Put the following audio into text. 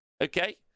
Okay